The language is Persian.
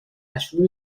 مشروح